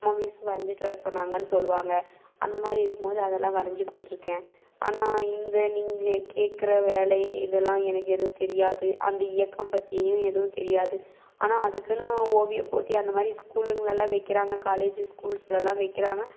movies வரைஞ்சிட்டு வர சொன்னாங்கன்னு சொல்வாங்க அந்த மாதிரி இருக்கும்போது அதெல்லாம் வரைஞ்சு கொடுத்துருக்கேன் ஆனால் இந்த நீங்கள் கேட்குற வேலை இதெல்லாம் எனக்கு எதுவும் தெரியாது அந்த இயக்கம் பற்றியும் எதுவும் தெரியாது ஆனால் அதுக்குன்னு ஓவிய போட்டி அந்த மாதிரி ஸ்கூலுங்கெலலாம் வைக்கிறாங்க காலேஜ் ஸ்கூல்ஸ்லெலாம் வைக்கிறாங்க